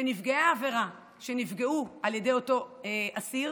שנפגעי העבירה שנפגעו בידי אותו אסיר